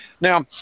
Now